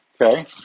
okay